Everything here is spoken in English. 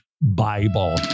bible